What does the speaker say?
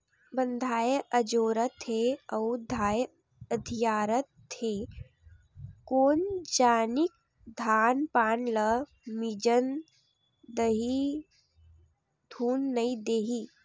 बंधाए अजोरत हे अउ धाय अधियारत हे कोन जनिक धान पान ल मिजन दिही धुन नइ देही